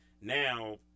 now